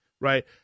right